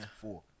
Four